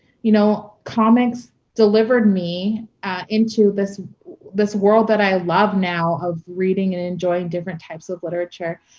you know, comics delivered me into this this world that i love now of reading and enjoying different types of literature.